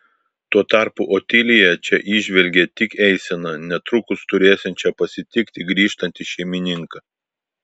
tuo tarpu otilija čia įžvelgė tik eiseną netrukus turėsiančią pasitikti grįžtantį šeimininką